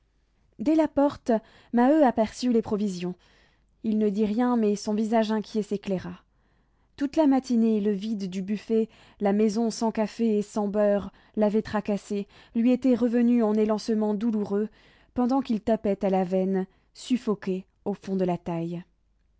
dès la porte maheu aperçut les provisions il ne dit rien mais son visage inquiet s'éclaira toute la matinée le vide du buffet la maison sans café et sans beurre l'avait tracassé lui était revenue en élancements douloureux pendant qu'il tapait à la veine suffoqué au fond de la taille